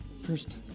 First